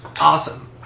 Awesome